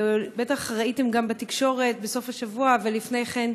ובטח ראיתם גם בתקשורת בסוף השבוע ולפני כן.